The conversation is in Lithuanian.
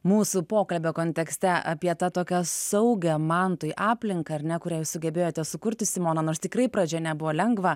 mūsų pokalbio kontekste apie tą tokią saugią mantui aplinką ar ne kurią jūs sugebėjote sukurti simona nors tikrai pradžia nebuvo lengva